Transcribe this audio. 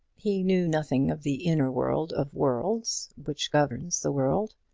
he knew nothing of the inner world of worlds which governs the world.